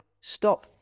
stop